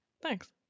thanks